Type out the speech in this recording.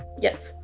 yes